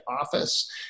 office